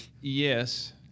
yes